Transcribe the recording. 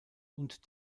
und